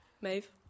Maeve